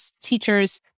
teachers